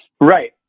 Right